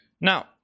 Now